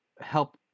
help